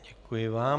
Děkuji vám.